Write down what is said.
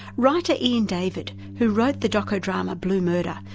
writer ian david, who wrote the doco-drama blue murder,